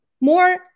more